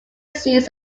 sees